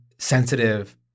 sensitive